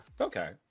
Okay